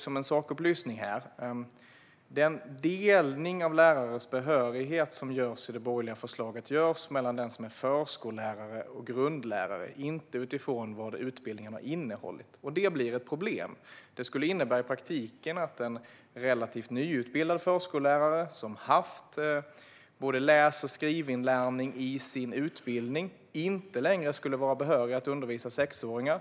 Som en sakupplysning kan dock sägas att den delning av lärares behörighet som görs i det borgerliga förslaget görs mellan de som är förskollärare respektive grundlärare, inte utifrån vad utbildningarna har innehållit. Detta blir ett problem. I praktiken skulle det innebära att en relativt nyutbildad förskollärare som har haft både läs och skrivinlärning i sin utbildning inte längre skulle vara behörig att undervisa sexåringar.